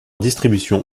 distribution